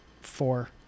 four